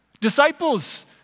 Disciples